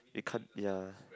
we can't ya